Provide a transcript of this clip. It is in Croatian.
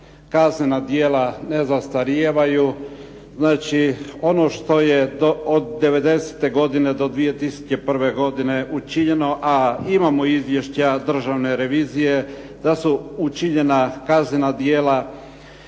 kaznena djela ne zastarijevaju, znači ono što je od '90. godine do 2001. godine učinjeno, a imamo izvješća Državne revizije da su učinjena kaznena djela,